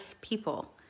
people